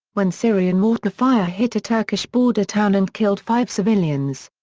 when syrian mortar fire hit a turkish border town and killed five civilians.